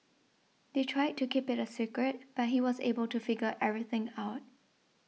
they tried to keep it a secret but he was able to figure everything out